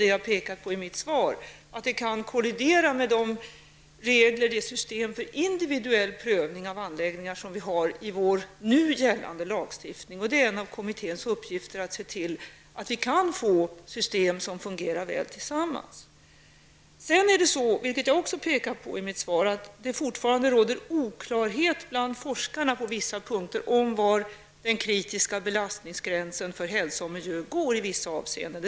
det jag pekar på i mitt svar, dvs. att de kan kollidera med de regler och system för individuell prövning av anläggningar som finns i den nu gällande lagstiftningen. Det är en av kommitténs uppgifter att se till att vi kan få system som fungerar även tillsammans. Jag pekar också på i mitt svar att det fortfarande råder oklarhet bland forskarna på vissa punkter om var den kritiska belastningsgränsen för hälsa och miljö går i vissa avseenden.